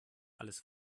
alles